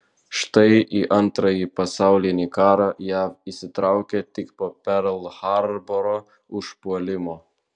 štai į antrąjį pasaulinį karą jav įsitraukė tik po perl harboro užpuolimo